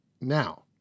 Now